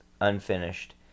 unfinished